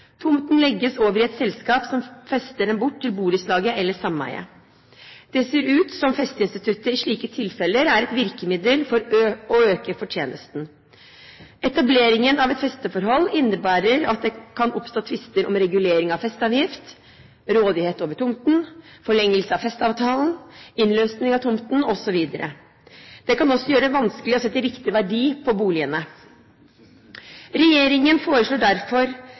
Tomten legges over i et selskap som fester den bort til borettslaget eller sameiet. Det ser ut som om festeinstituttet i slike tilfeller er et virkemiddel for å øke fortjenesten. Etableringen av et festeforhold innebærer at det kan oppstå tvister om regulering av festeavgift, rådighet over tomten, forlengelse av festeavtalen, innløsning av tomten, osv. Det kan også gjøre det vanskelig å sette riktig verdi på boligene. Regjeringen foreslår derfor